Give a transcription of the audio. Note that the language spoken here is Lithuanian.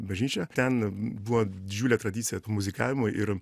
bažnyčioje ten buvo didžiulė tradicija muzikavimui ir